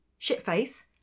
Shitface